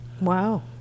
Wow